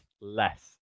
less